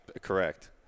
Correct